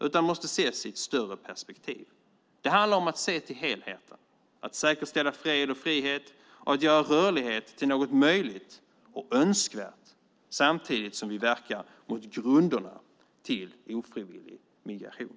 Den måste ses i ett större perspektiv. Det handlar om att se till helheten, att säkerställa fred och frihet och att göra rörlighet till något möjligt och önskvärt samtidigt som vi verkar mot grunderna till ofrivillig migration.